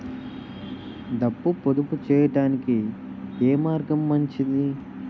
డబ్బు పొదుపు చేయటానికి ఏ మార్గం మంచిది?